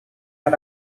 her